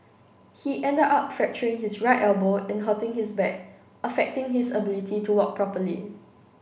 he ended up fracturing his right elbow and hurting his back affecting his ability to walk properly